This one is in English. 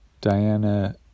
Diana